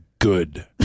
good